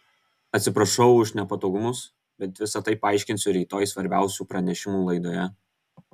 atsiprašau už nepatogumus bet visa tai paaiškinsiu rytoj svarbiausių pranešimų laidoje